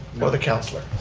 or the councilor?